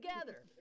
together